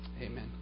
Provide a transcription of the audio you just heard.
Amen